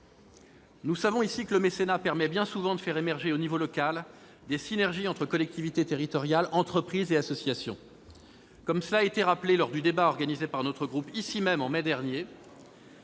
Nous savons ici que le mécénat permet bien souvent de faire émerger, au niveau local, des synergies entre collectivités territoriales, entreprises et associations. Comme cela a été rappelé lors du débat organisé par notre groupe, ici même, en mai dernier,